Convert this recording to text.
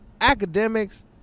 Academics